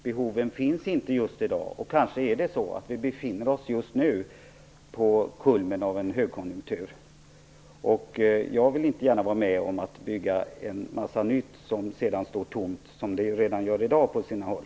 Behoven finns inte i dag. Kanske är det så att vi befinner oss just nu på kulmen av en högkonjunktur. Jag vill inte gärna vara med om att bygga en massa nytt som sedan står tomt, som det redan gör i dag på sina håll.